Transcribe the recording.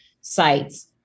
sites